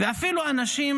ואפילו אנשים